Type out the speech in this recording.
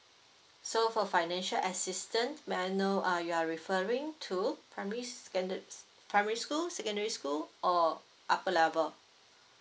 so for financial assistance may I know uh you are referring to primary standard primary school secondary school or upper level